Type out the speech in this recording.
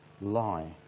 lie